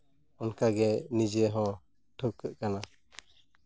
ᱚᱱᱠᱟ ᱜᱮ ᱱᱤᱡᱮ ᱦᱚᱸ ᱴᱷᱟᱹᱣᱠᱟᱹᱜ ᱠᱟᱱᱟ